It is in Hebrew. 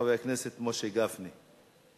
חבר הכנסת משה גפני,